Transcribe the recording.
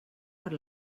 per